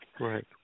Right